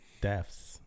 deaths